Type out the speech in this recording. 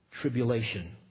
tribulation